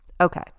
Okay